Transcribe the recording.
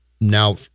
now